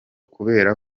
kubera